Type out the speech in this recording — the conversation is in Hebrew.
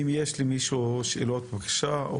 האם יש שאלות או התייחסויות?